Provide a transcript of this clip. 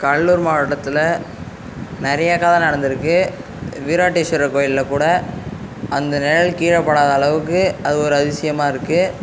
கடலூர் மாவட்டத்தில் நிறைய கதை நடந்துருக்கு வீராண்டேஸ்வரர் கோவில்ல கூட அந்த நிழல் கீழே படாத அளவுக்கு அது ஒரு அதிசயமாக இருக்குது